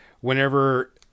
whenever